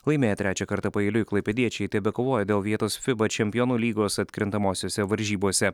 laimėję trečią kartą paeiliui klaipėdiečiai tebekovoja dėl vietos fiba čempionų lygos atkrintamosiose varžybose